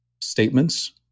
statements